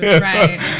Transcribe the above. Right